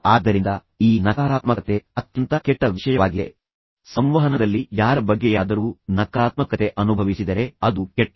ಆದ್ದರಿಂದ ಈ ನಕಾರಾತ್ಮಕತೆ ಅತ್ಯಂತ ಕೆಟ್ಟ ವಿಷಯವಾಗಿದೆ ಸಂವಹನದಲ್ಲಿ ಯಾರ ಬಗ್ಗೆಯಾದರೂ ನಕಾರಾತ್ಮಕತೆ ಅನುಭವಿಸಿದರೆ ಅದು ಕೆಟ್ಟದು